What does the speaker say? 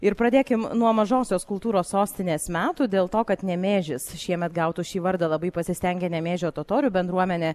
ir pradėkim nuo mažosios kultūros sostinės metų dėl to kad nemėžis šiemet gautų šį vardą labai pasistengė nemėžio totorių bendruomenė